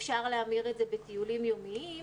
אפשר להמיר את זה בטיולים יומיים,